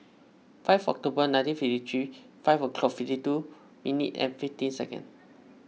five October nineteen fifty three five o'clock fifty two minute and fifteen second